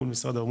מול משרד האוצר,